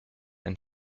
ein